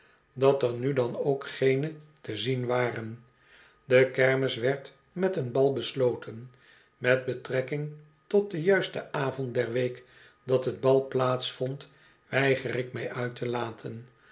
dat er nu dan ook geene te zien waren de kermis werd met een bal besloten met betrekking tot den juisten avond der week dat het bal plaats vond weiger ik mij uit te laten